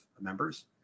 members